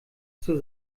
zur